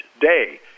day